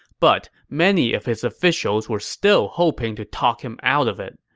but many of his officials were still hoping to talk him out of it.